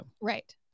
Right